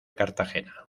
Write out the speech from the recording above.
cartagena